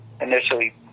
initially